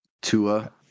Tua